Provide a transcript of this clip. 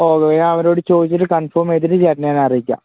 okay ഞാന് അവരോട് ചോദിച്ചിട്ട് കൺഫോം ചെയ്തിട്ട് ചേട്ടനെ ഞാനറിയിക്കാം